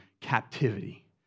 captivity